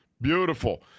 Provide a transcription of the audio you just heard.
Beautiful